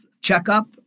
checkup